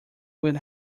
will